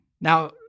Now